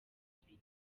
umubiri